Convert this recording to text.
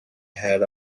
had